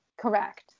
Correct